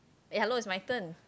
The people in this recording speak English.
eh hello it's my turn